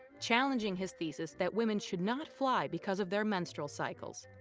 challenging his thesis that women should not fly because of their menstrual cycles.